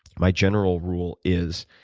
my general rule is,